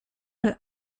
mal